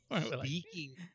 Speaking